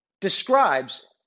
describes